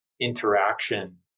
interaction